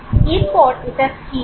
তারপর এটা স্থির হবে